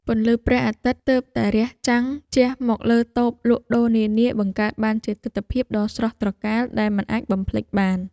ពន្លឺព្រះអាទិត្យទើបតែរះចាំងជះមកលើតូបលក់ដូរនានាបង្កើតបានជាទិដ្ឋភាពដ៏ស្រស់ត្រកាលដែលមិនអាចបំភ្លេចបាន។